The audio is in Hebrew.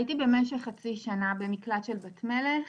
הייתי במשך חצי שנה במקלט של "בת מלך".